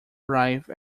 arrive